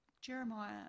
Jeremiah